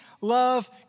love